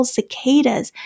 Cicadas